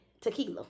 Tequila